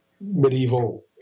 medieval